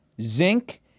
zinc